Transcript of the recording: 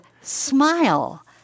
Smile